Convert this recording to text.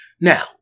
Now